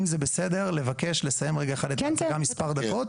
ואם זה בסדר לסיים רגע את ההצגה למספר דקות.